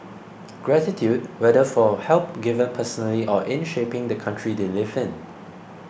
gratitude whether for help given personally or in shaping the country they live in